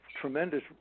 tremendous